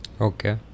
okay